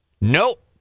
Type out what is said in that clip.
Nope